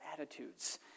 attitudes